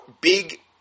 big